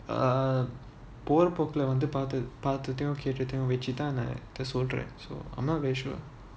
uh போற போக்குல வந்து பார்த்துட்டு வந்து வச்சிட்டேன் சொல்றேன்:pora pokula vanthu paarthutu vanthu vachiten solren so I'm not very sure